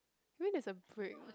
you mean there's a break